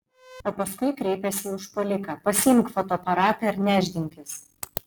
o paskui kreipėsi į užpuoliką pasiimk fotoaparatą ir nešdinkis